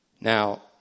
Now